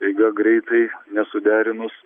eiga greitai nesuderinus